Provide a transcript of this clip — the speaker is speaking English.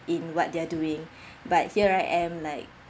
in what they're doing but here right I am like